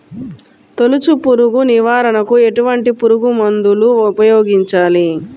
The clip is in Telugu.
తొలుచు పురుగు నివారణకు ఎటువంటి పురుగుమందులు ఉపయోగించాలి?